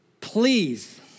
Please